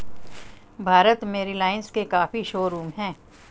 भारत में रिलाइन्स के काफी शोरूम हैं